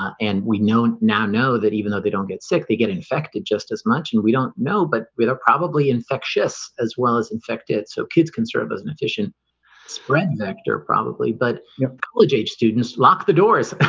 and we now know that even though they don't get sick they get infected just as much and we don't know but we are probably infectious as well as infected so kids can serve as an efficient spread vector probably but college age students lock the doors,